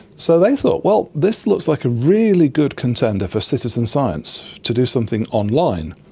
so they thought, well, this looks like a really good contender for citizen science, to do something online.